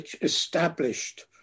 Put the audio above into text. established